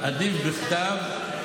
עדיף בכתב,